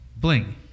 Bling